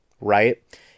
right